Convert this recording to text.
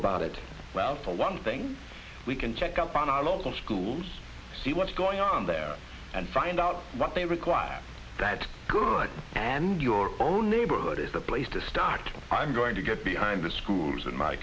about it well for one thing we can check up on our local schools see what's going on there and find out what they require that good and your own neighborhood is the place to start i'm going to get behind the schools in my